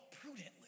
prudently